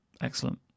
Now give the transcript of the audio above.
excellent